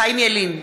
חיים ילין,